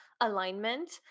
alignment